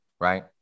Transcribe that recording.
right